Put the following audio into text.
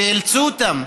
שאילצו אותם,